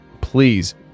please